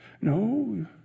No